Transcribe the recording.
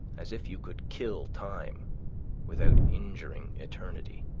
as if you could kill time without injuring eternity.